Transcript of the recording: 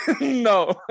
No